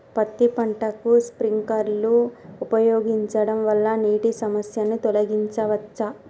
పత్తి పంటకు స్ప్రింక్లర్లు ఉపయోగించడం వల్ల నీటి సమస్యను తొలగించవచ్చా?